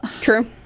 true